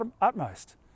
utmost